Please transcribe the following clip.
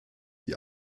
die